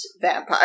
vampire